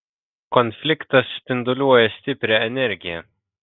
konfliktas spinduliuoja stiprią energiją